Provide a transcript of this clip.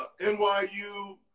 NYU